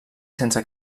sense